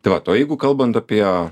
tai vat o jeigu kalbant apie